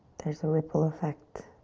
there's a ripple effect.